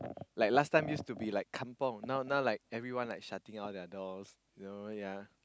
like last time used to be like kampung now now like everyone like shutting all their doors you know ya